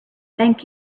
thank